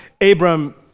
Abram